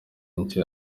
nyinshi